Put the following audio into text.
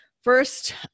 first